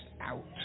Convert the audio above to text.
out